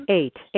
eight